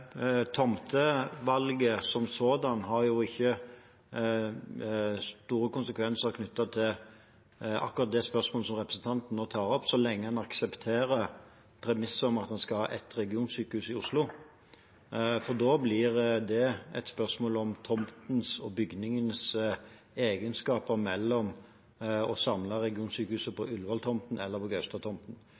Tomtevalget som sådant har ikke store konsekvenser for akkurat det spørsmålet som representanten nå tar opp, så lenge en aksepterer premisset om at en skal ha ett regionsykehus i Oslo. Da blir det et spørsmål om tomtens og bygningenes egenskaper ved å samle regionsykehuset på Ullevål-tomten eller på